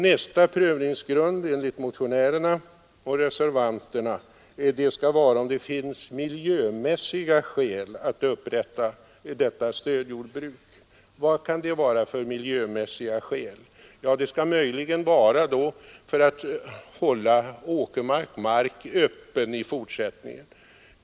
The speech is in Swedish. Nästa prövningsgrund, enligt motionärerna och reservanterna, skall vara om det finns miljömässiga skäl för att upprätta detta stödjordbruk. Vad kan det vara för miljömässiga skäl? Det skall möjligen vara för att hålla åkermark öppen i fortsättningen.